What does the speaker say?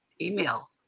email